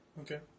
Okay